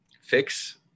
fix